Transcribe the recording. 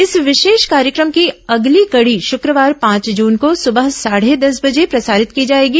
इस विशेष कार्यक्रम की अगली कड़ी शुक्रवार पांच जून को सुबह साढ़े दस बजे प्रसारित की जाएगी